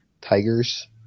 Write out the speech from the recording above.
Tigers